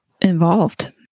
involved